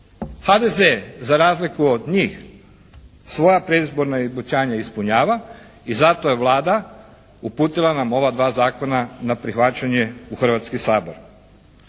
HDZ za razliku od njih svoja predizborna obećanja ispunjava i zato je Vlada uputila nam ova dva zakona na prihvaćanje u Hrvatski sabor.